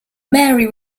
mary